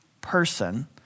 person